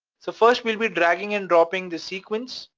so first, we'll be dragging and dropping the sequence,